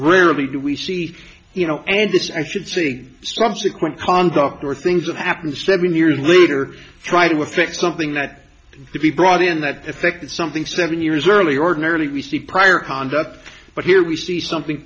rarely do we see you know and this i should see subsequent conduct or things that happened seven years later try to fix something that could be brought in that effect something seven years earlier ordinarily we see prior conduct but here we see something